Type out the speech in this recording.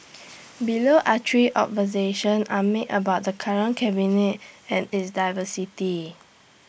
below are three observation are made about the current cabinet and its diversity